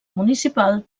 municipal